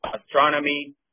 astronomy